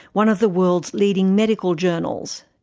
one of the world's leading medical journals.